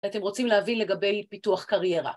‫ואתם רוצים להבין לגבי פיתוח קריירה.